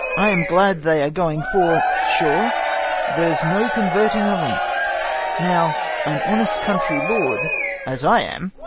i am glad they are going, for sure there's no conuerting of em now an honest country lord as i am,